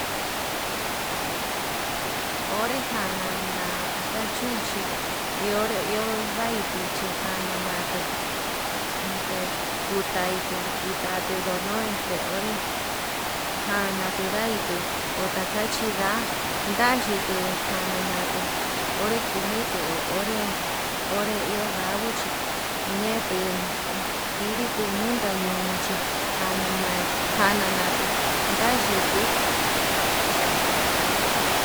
Onre janana taka chunchi ionré iho ndau tuchí, jana natuu unte kuataitu kutai tatu ndonoex tuu onré jana tundaitu onra kachi nda'a, ndachitu jana natu onrékumitu onré, iho onré iho ndavuchí ñetuu kidii tuu nunta ñunuu chí jananai, jananau na'a yutu.